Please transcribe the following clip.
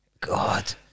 God